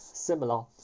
similar